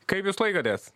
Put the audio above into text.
kaip jūs laikotės